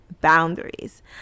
boundaries